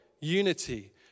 unity